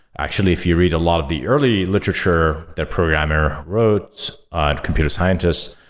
actually, if you read a lot of the early literature that programmer wrote, ah computer scientists,